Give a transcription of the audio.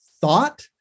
thought